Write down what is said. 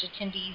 attendees